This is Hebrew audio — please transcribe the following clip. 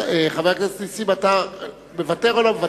חבר הכנסת נסים זאב, אתה מוותר או לא מוותר?